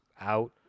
out